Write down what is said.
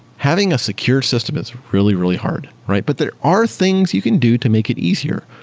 having a secured system is really, really hard, right? but there are things you can do to make it easier.